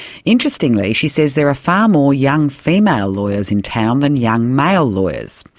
interestingly, she says there are far more young female lawyers in town than young male lawyers.